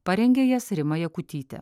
parengė jas rima jakutytė